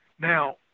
Now